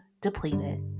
depleted